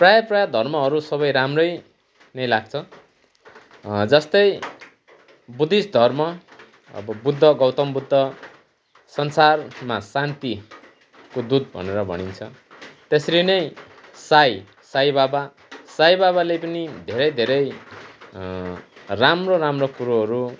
प्रायः प्रायः धर्महरू सबै राम्रै नै लाग्छ जस्तै बुद्धिस्ट धर्म अब बुद्ध गौतम बुद्ध संसारमा शान्तिको दुत भनेर भनिन्छ त्यसरी नै साई साई बाबा साई बाबाले पनि धेरै धेरै राम्रो राम्रो कुरोहरू